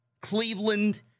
Cleveland